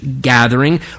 gathering